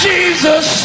Jesus